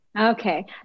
Okay